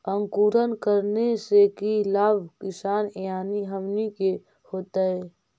अंकुरण करने से की लाभ किसान यानी हमनि के होतय?